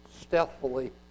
stealthily